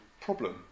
problem